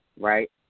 right